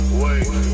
wait